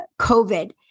COVID